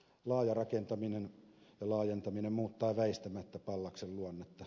laaja rakentaminen ja laajentaminen muuttaa väistämättä pallaksen luonnetta